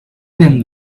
them